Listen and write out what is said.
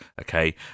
okay